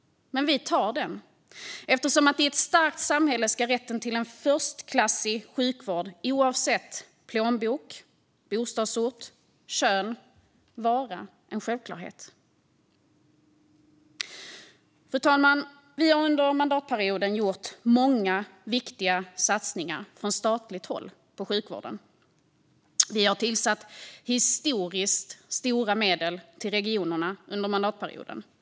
Men vi tar den, för i ett starkt samhälle ska rätten till förstklassig sjukvård oavsett plånbok, bostadsort och kön vara en självklarhet. Fru talman! Vi har under mandatperioden gjort många viktiga satsningar från statligt håll på sjukvården. Vi har tillsatt historiskt stora medel till regionerna under mandatperioden.